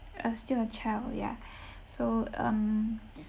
uh still a child ya so um